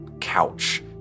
couch